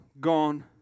gone